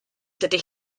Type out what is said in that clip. dydy